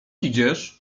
idziesz